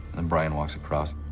and brian walks across.